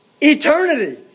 eternity